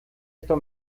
esto